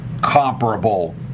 comparable